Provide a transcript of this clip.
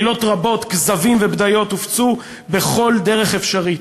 עלילות רבות, כזבים ובדיות הופצו בכל דרך אפשרית.